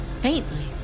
faintly